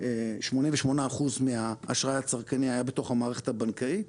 88% מהאשראי הצרכני היה בתוך המערכת הבנקאית.